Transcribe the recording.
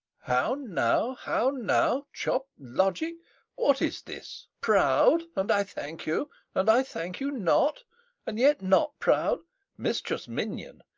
how now, how now, chop-logic! what is this? proud and, i thank you and i thank you not and yet not proud mistress minion,